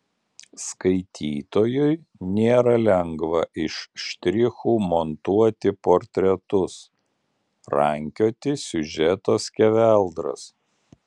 skaitytojui nėra lengva iš štrichų montuoti portretus rankioti siužeto skeveldras